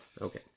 Okay